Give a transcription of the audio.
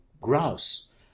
grouse